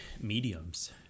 mediums